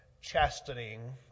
chastening